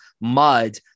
Mud